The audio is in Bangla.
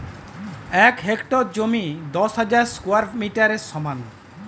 এক হেক্টর জমি দশ হাজার স্কোয়ার মিটারের সমান